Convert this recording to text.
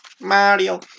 Mario